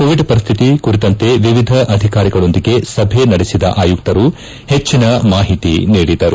Covid ಪರಿಸ್ನಿತಿ ಕುರಿತಂತೆ ವಿವಿಧ ಅಧಿಕಾರಿಗಳೊಂದಿಗೆ ಸಭೆ ನಡೆಸಿದ ಆಯುಕ್ತರು ಹೆಚ್ಚನ ಮಾಹಿತಿ ನೀಡಿದರು